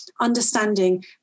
understanding